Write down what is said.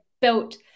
built